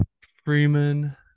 Freeman